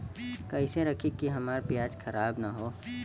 कइसे रखी कि हमार प्याज खराब न हो?